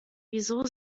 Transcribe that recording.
wieso